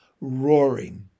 roaring